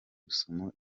rusumo